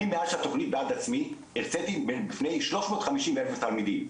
אני מאז שהתוכנית "בעד עצמי" הרצתי בפני 350 אלף תלמידים,